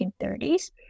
1930s